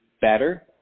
better